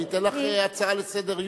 אני אתן לך הצעה לסדר-יום,